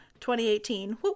2018